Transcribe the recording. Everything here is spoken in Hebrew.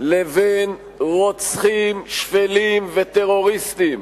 לבין רוצחים שפלים וטרוריסטים